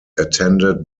attended